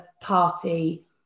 party